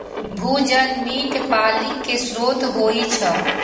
भूजल मीठ पानिक स्रोत होइ छै